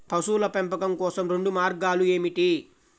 పశువుల పెంపకం కోసం రెండు మార్గాలు ఏమిటీ?